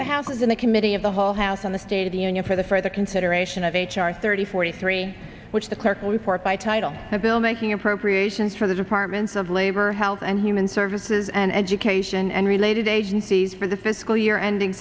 the house is in the committee of the whole house on the state of the union for the further consideration of h r thirty forty three which the clerk will report by title a bill making appropriations for the departments of labor health and human services and education and related agencies for the fiscal year ending